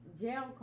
jail